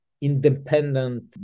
independent